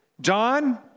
John